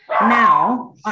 now